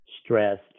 stressed